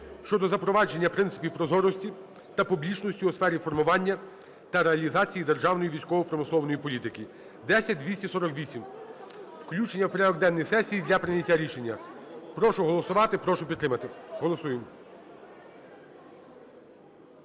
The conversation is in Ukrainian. щодо запровадження принципів прозорості та публічності у сфері формування та реалізації державної військово-промислової політики (10248). Включення в порядок денний сесії для прийняття рішення. Прошу голосувати. Прошу підтримати. Голосуємо.